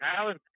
Alan